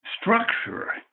structure